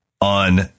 on